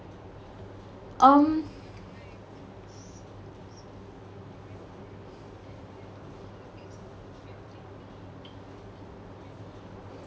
um